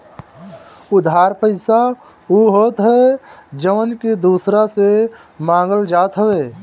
उधार पईसा उ होत हअ जवन की दूसरा से मांगल जात हवे